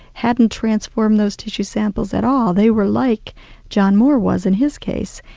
hadn't transformed those tissue samples at all. they were like john moore was, in his case,